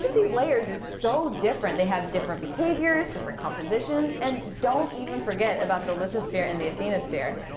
these layers is so different. they have different behaviors, different compositions, and don't even forget about the lithosphere and the asthenosphere.